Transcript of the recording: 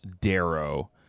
darrow